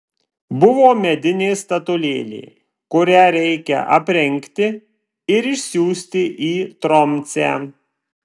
buvo medinė statulėlė kurią reikia aprengti ir išsiųsti į tromsę